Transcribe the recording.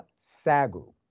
Sagu